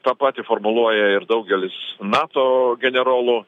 tą patį formuluoja ir daugelis nato generolų